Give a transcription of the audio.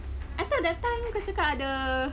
I thought that time kau cakap ada